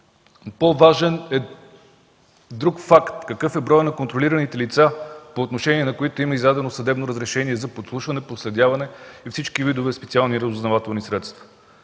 По-важен е друг факт – какъв е броят на контролираните лица, по отношение на които има издадено съдебно разрешение за подслушване, проследяване и всички видове специални разузнавателни средства.